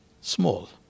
small